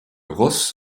ross